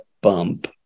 bump